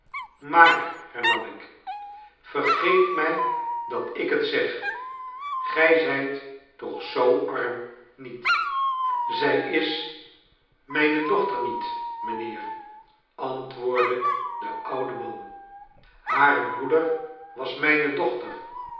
maar hernam ik vergeef mij dat ik het zeg gij zijt toch zoo arm niet zij is mijne dochter niet mijnheer antwoordde de oude man hare moeder was mijne dochter